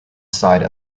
side